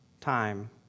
time